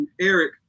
eric